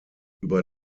über